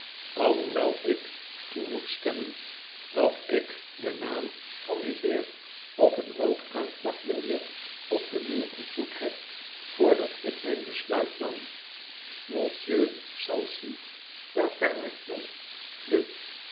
hoewel ik toe moet stemmen dat ik den naam van dien heer op een rood aanplakbiljet op den muur ontmoet heb vrdat ik mijn besluit nam monsieur